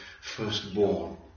Firstborn